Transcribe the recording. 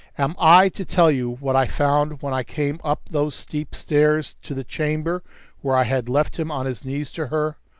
am i to tell you what i found when i came up those steep stairs to the chamber where i had left him on his knees to her?